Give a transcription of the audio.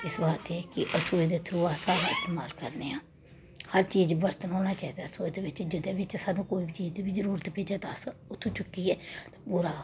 इस बास्तै कि अस रसोई दे थ्रू अस सब इस्तमाल करने आं हर चीज बर्तन होना चाहिदा रसोई दे बिच्च जेह्दे बिच्च सानू कोई बी जरूरत पेई जा ते अस उत्थूं चुक्कियै पूरा